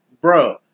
Bro